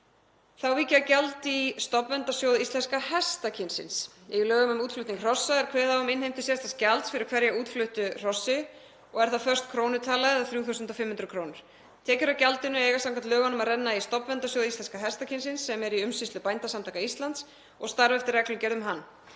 Þá vík ég að gjaldi í stofnverndarsjóð íslenska hestakynsins. Í lögum um útflutning hrossa er kveðið á um innheimtu sérstaks gjalds af hverju útfluttu hrossi og er það föst krónutala, eða 3.500 kr. Tekjur af gjaldinu eiga samkvæmt lögunum að renna í stofnverndarsjóð íslenska hestakynsins sem er í umsýslu Bændasamtaka Íslands og starfar eftir reglugerð um hann.